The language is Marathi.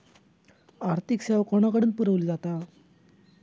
आर्थिक सेवा कोणाकडन पुरविली जाता?